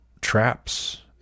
traps